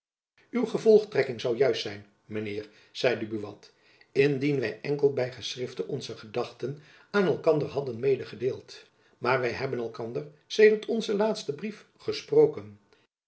gevolgtrekking zoû juist zijn mijn heer zeide buat indien wy enkel by geschrifte onze gedachten aan elkander hadden medegedeeld maar wy hebben elkander sedert onzen laatsten brief gesproken